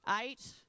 Eight